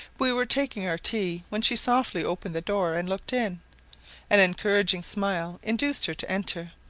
we were taking our tea when she softly opened the door and looked in an encouraging smile induced her to enter,